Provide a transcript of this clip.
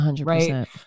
right